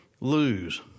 lose